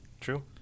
True